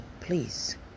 Please